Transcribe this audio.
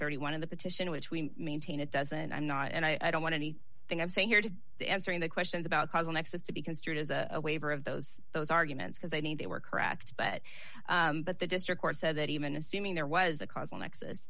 thirty one of the petition which we maintain it doesn't i'm not and i don't want any thing i'm saying here to answering the questions about causal nexus to be construed as a waiver of those those arguments because they need they were correct but but the district court said that even assuming there was a causal nexus